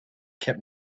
kept